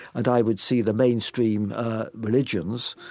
and i would see the mainstream religions,